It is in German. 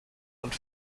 und